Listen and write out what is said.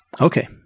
Okay